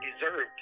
deserved